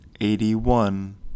Eighty-one